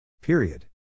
Period